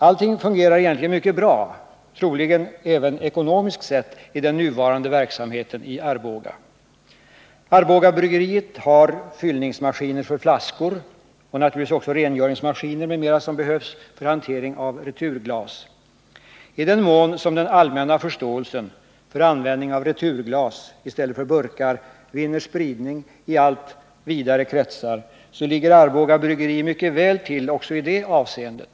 Allting fungerar egentligen mycket bra — troligen även ekonomiskt sett — i den nuvarande verksamheten i Arboga. Arbogabryggeriet har fyllningsmaskiner för flaskor och naturligtvis också rengöringsmaskiner m.m. som behövs för hantering av returglas. I den mån som den allmänna förståelsen för användning av returglas i stället för burkar vinner spridning i allt vidare kretsar ligger Arboga bryggeri mycket väl till också i det avseendet.